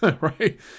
Right